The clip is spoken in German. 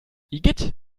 igitt